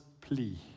plea